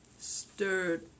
stirred